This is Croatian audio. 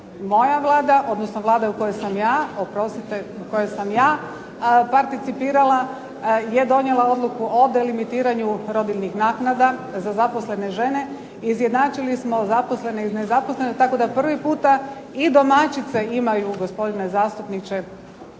Moja Vlada, odnosno Vlada u kojoj sam ja, participirala je donijela odluku o delimitiranju rodiljnih naknada za zaposlene žene, izjednačili smo zaposlene i nezaposlene, tako da po prvi puta i domaćice imaju, gospodine zastupniče,